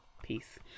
Peace